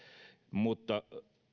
mutta